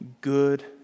good